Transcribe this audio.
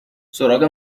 سراغ